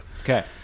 Okay